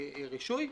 הרישוי.